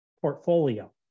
portfolio